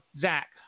Zach